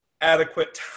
adequate